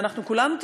ואנחנו כולנו,